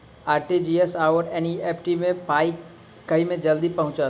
RTGS आओर NEFT मे पाई केँ मे जल्दी पहुँचत?